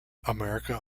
america